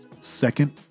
second